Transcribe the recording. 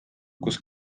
kus